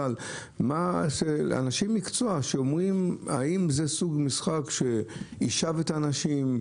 האם יש אנשי מקצוע שאומרים אם זה סוג משחק שישאב את האנשים,